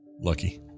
Lucky